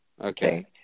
Okay